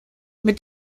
mit